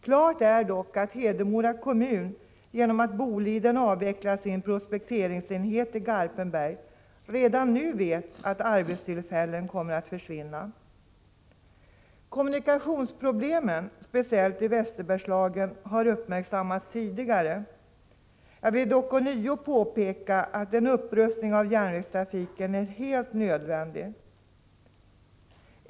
Klart är dock att Hedemora kommun, genom att Boliden avvecklar sin prospekteringsenhet i Garpenberg, redan nu vet att arbetstillfällen kommer att försvinna. Kommunikationsproblemen, speciellt i Västerbergslagen, har uppmärksammats tidigare. Jag vill dock ånyo påpeka att en upprustning av järnvägstrafiken är helt nödvändig.